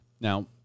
Now